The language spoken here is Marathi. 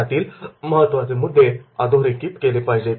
त्यातील महत्त्वाचे मुद्दे अधोरेखित केले पाहिजे